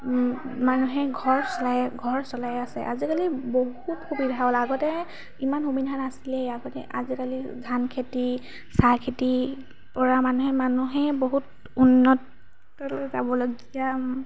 মানুহে ঘৰ চলায় ঘৰ চলাই আছে আজিকালি বহুত সুবিধা হ'ল আগতে ইমান সুবিধা নাছিলে আগতে আজিকালি ধান খেতি চাহখেতিৰ পৰা মানুহে মানুহে বহুত উন্নতলৈ যাবলগীয়া